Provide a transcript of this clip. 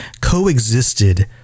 coexisted